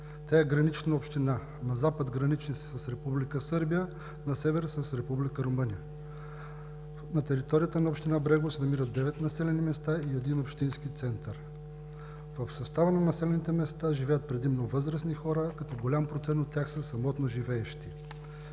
тя е гранична община. На запад граничи с Република Сърбия, на север – с Република Румъния. На територията на община Брегово се намират девет населени места и един общински център. В състава на населените места живеят предимно възрастни хора, като голям процент от тях са самотно живеещи.